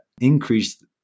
increase